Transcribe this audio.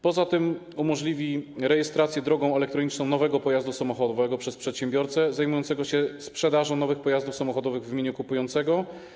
Poza tym umożliwia się rejestrację drogą elektroniczną nowego pojazdu samochodowego przez przedsiębiorcę zajmującego się sprzedażą nowych pojazdów samochodowych w imieniu kupującego.